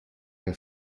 che